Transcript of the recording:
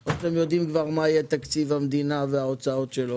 או שאתם יודעים כבר מה יהיה תקציב המדינה וההוצאות שלו?